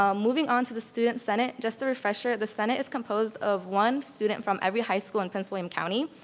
um moving on to the student senate. just a refresher, the senate is composed of one student from every high school in prince william county.